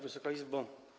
Wysoka Izbo!